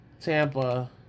Tampa